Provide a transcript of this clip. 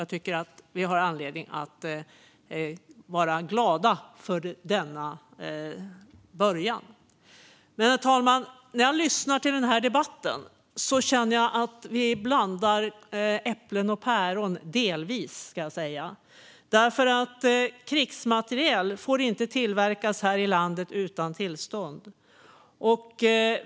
Jag tycker att vi har anledning att vara glada för denna början. Herr talman! När jag lyssnar till debatten känner jag dock att vi delvis blandar äpplen och päron. Krigsmateriel får inte tillverkas här i landet utan tillstånd.